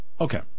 Okay